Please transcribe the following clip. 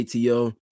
ATO